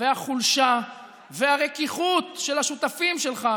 והחולשה והרכיכות של השותפים שלך,